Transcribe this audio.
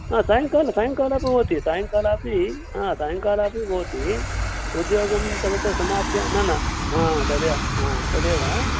सायङ्काले सायङ्काले भवति सायङ्कालेऽपि सायङ्कालेऽपि भवति उद्योगं तावत् समाप्य न न हा तदेव हा तदेव